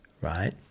right